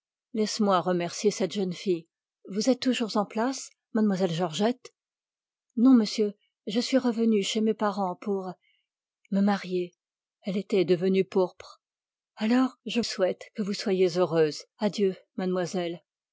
laisse-moi remercier cette jeune fille vous êtes toujours en place mademoiselle georgette non monsieur je suis revenue chez mes parents pour me marier alors je souhaite que vous soyez heureuse adieu mademoiselle